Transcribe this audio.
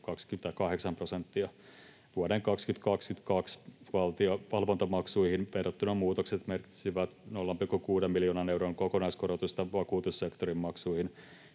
28 prosenttia. Vuoden 2022 valvontamaksuihin verrattuna muutokset merkitsisivät 0,6 miljoonan euron kokonaiskorotusta vakuutussektorin maksuihin,